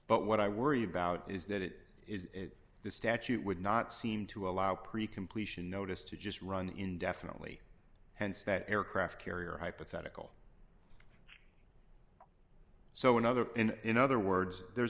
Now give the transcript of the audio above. but what i worry about is that it is the statute would not seem to allow pre completion notice to just run indefinitely hence that aircraft carrier hypothetical so in other in other words there's